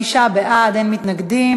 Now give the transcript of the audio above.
חמישה בעד, אין מתנגדים.